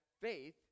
faith